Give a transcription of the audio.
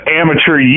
amateur